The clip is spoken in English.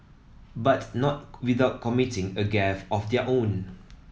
but not without committing a gaffe of their own